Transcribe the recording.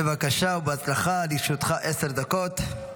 בבקשה ובהצלחה, לרשותך עשר דקות.